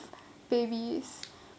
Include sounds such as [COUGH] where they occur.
[BREATH] babies